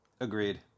agreed